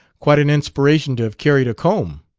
quite an inspiration to have carried a comb.